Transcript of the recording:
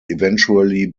eventually